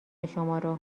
شمارو